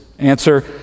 answer